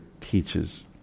teaches